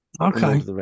Okay